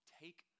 take